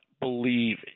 believe